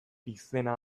izena